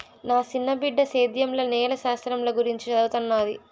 నా సిన్న బిడ్డ సేద్యంల నేల శాస్త్రంల గురించి చదవతన్నాది